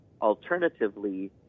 alternatively